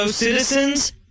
Citizens